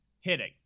hitting